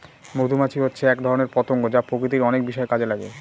মধুমাছি হচ্ছে এক ধরনের পতঙ্গ যা প্রকৃতির অনেক বিষয়ে কাজে লাগে